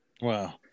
Wow